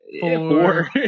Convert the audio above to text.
four